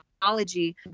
technology